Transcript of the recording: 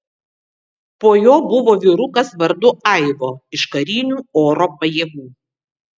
po jo buvo vyrukas vardu aivo iš karinių oro pajėgų